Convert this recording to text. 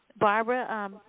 Barbara